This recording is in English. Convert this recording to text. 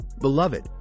beloved